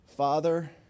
Father